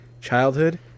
childhood